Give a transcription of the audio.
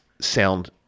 sound